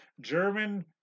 German